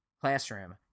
classroom